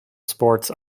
sports